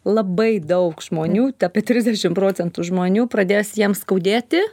labai daug žmonių apie trisdešim procentų žmonių pradės jiem skaudėti